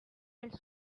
elles